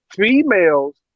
Females